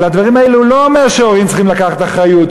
על הדברים האלו הוא לא אומר שהורים צריכים לקחת אחריות,